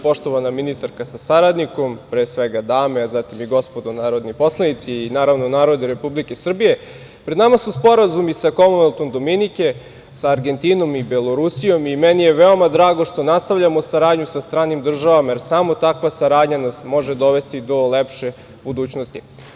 Poštovana ministarka sa saradnikom, pre svega dame, a zatim i gospodo narodni poslanici, i naravno, narode Republike Srbije, pred nama su sporazumi sa Komonveltom Dominike, sa Argentinom i Belorusijom i meni je veoma drago što nastavljamo saradnju sa stranim državama, jer samo takva saradnja nas može dovesti do lepše budućnosti.